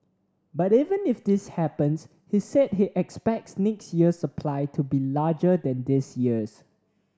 but even if this happens he said he expects next year's supply to be larger than this year's